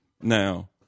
now